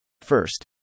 First